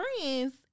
friends